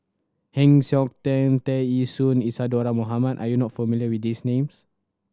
Heng Siok Tian Tear Ee Soon Isadhora Mohamed are you not familiar with these names